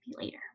later